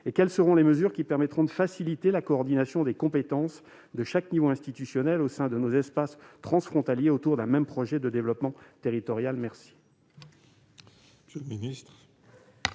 ? Quelles seront les mesures qui faciliteront la coordination des compétences de chaque niveau institutionnel au sein de nos espaces transfrontaliers, autour d'un même projet de développement territorial ? La